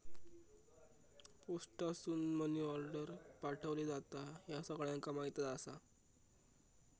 पोस्टासून money order पाठवली जाता, ह्या सगळ्यांका माहीतच आसा